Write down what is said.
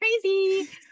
crazy